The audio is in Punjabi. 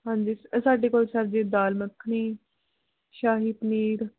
ਹਾਂਜੀ ਸਾਡੇ ਕੋਲ ਸਬਜ਼ੀ ਦਾਲ ਮੱਖਣੀ ਸ਼ਾਹੀ ਪਨੀਰ